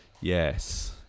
Yes